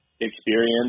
experience